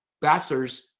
bachelor's